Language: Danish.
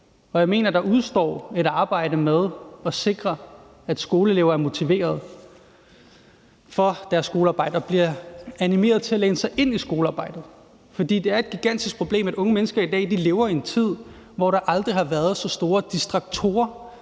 og jeg mener, at der udestår et arbejde med at sikre, at skoleelever er motiveret til deres skolearbejde og bliver animeret til at læne sig ind i skolearbejdet. For det er et gigantisk problem, at unge mennesker i dag lever i en tid, hvor der aldrig har været så store distraktorer,